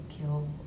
kill